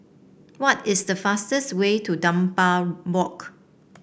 what is the fastest way to Dunbar Walk